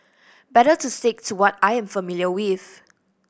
better to stick to what I am familiar with